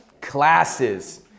Classes